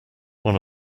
one